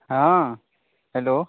हँ हेलो